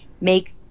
make